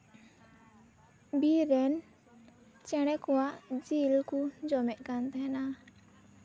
ᱵᱤᱨ ᱨᱮᱱ ᱪᱮᱬᱮᱸ ᱠᱚᱣᱟᱜ ᱡᱤᱞ ᱠᱚ ᱡᱚᱢᱮᱫ ᱠᱟᱱ ᱛᱟᱦᱮᱸᱱᱟ